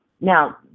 Now